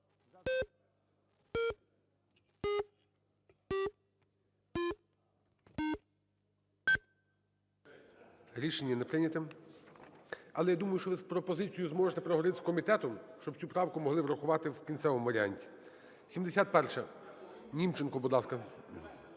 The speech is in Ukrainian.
Рішення не прийнято. Але я думаю, що ви пропозицію можете проговорити з комітетом, щоб цю правку могли врахувати в кінцевому варіанті. 71-а. Німченко, будь ласка.